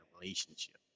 relationship